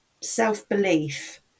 self-belief